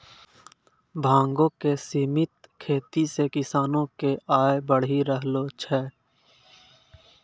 भांगो के सिमित खेती से किसानो के आय बढ़ी रहलो छै